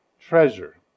treasure